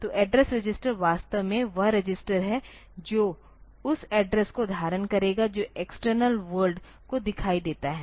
तो address register वास्तव में वह रजिस्टर है जो उस एड्रेस को धारण करेगा जो एक्सटर्नल वर्ल्ड को दिखाई देता है